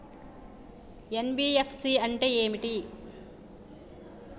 NBFC అంటే ఏమిటి?